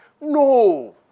No